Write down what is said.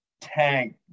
tank